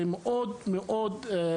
זה מתבקש מאוד.